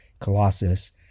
Colossus